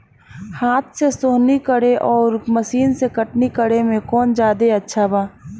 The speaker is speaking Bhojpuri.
हाथ से सोहनी करे आउर मशीन से कटनी करे मे कौन जादे अच्छा बा?